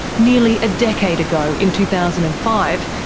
nearly a decade ago, in two thousand and five,